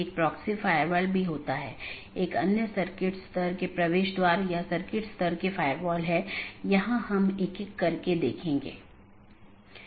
यह प्रत्येक सहकर्मी BGP EBGP साथियों में उपलब्ध होना चाहिए कि ये EBGP सहकर्मी आमतौर पर एक सीधे जुड़े हुए नेटवर्क को साझा करते हैं